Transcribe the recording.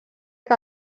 que